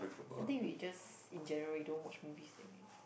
I think we just in general we don't watch movies then we